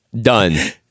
done